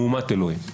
מהומת אלוהים.